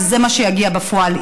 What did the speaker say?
וזה מה שיגיע בפועל,